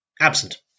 absent